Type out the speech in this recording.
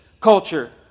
culture